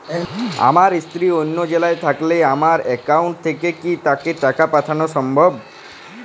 আমার স্ত্রী অন্য জেলায় থাকলে আমার অ্যাকাউন্ট থেকে কি তাকে টাকা পাঠানো সম্ভব?